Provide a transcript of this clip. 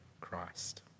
Christ